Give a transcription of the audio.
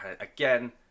again